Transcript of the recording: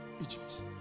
Egypt